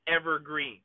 evergreen